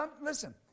Listen